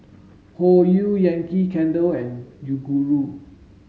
Hoyu Yankee Candle and Yoguru